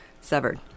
severed